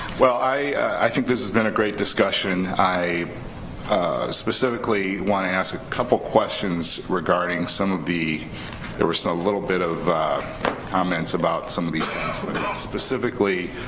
i think this has been a great discussion. i specifically want to ask a couple questions regarding some of the there was a little bit of comments about some of these specifically,